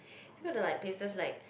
they going to like places like